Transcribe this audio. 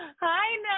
Hi